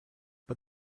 but